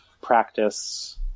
practice